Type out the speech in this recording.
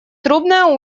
трубная